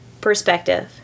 perspective